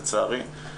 לצערי.